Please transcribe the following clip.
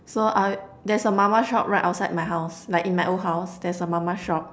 so I there's a mama shop right outside my house like in my old house there's a mama shop